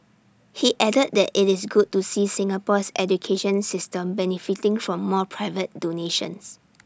he added that IT is good to see Singapore's education system benefiting from more private donations